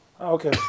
Okay